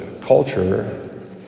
culture